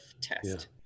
test